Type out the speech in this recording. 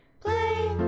play